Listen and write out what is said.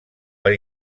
per